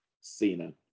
Cena